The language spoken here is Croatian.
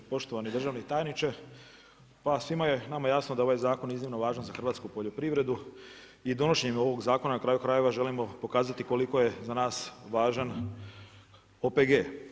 Poštovani državni tajniče, pa svima je nama jasno da je ovaj zakon iznimno važan za hrvatsku poljoprivredu i donošenjem ovog zakona na kraju krajeva želimo pokazati koliko je za nas važan OPG.